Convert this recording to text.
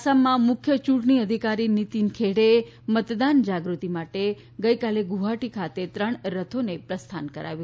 આસામમાં મુખ્ય ચૂંટણી અધિકારી નીતીન ખેડેએ મતદાન જાગૃતિ માટેના ગઇકાલે ગુવહાટી ખાતે ત્રણ રથોને પ્રસ્થાન કરાવ્યું